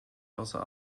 außer